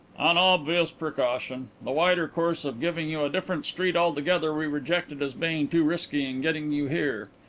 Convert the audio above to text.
an obvious precaution. the wider course of giving you a different street altogether we rejected as being too risky in getting you here.